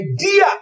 idea